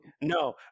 No